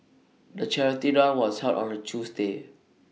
the charity run was held on A Tuesday